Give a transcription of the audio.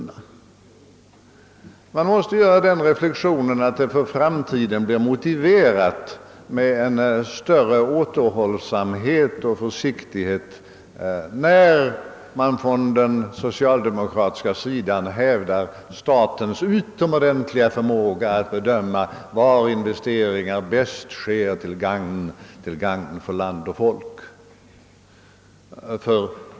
Man måste också dra den slutsatsen att det för framtiden blir motiverat med en större återhållsamhet och försiktighet när det talas om statens utomordentliga förmåga — enligt socialdemokraternas uppfattning — att bedöma var investeringar lämpligast bör göras för att vara till gagn för land och folk.